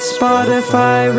Spotify